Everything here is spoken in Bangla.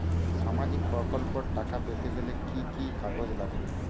সামাজিক প্রকল্পর টাকা পেতে গেলে কি কি কাগজ লাগবে?